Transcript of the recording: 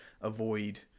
avoid